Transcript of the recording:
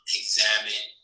examine